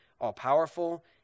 all-powerful